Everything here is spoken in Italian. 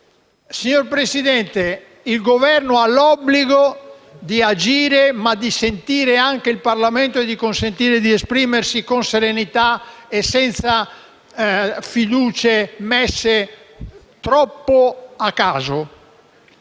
Signor Presidente, il Governo ha l'obbligo di agire, ma anche di sentire il Parlamento e di consentirgli di esprimersi con serenità, senza fiducie messe troppo a caso.